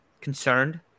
concerned